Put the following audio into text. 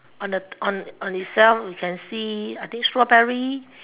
on the on on itself we can see I think strawberry